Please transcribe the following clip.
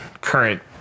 current